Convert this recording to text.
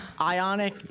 ionic